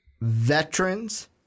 Veterans